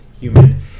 Human